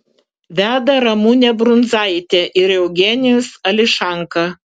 veda ramunė brundzaitė ir eugenijus ališanka